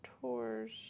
Tours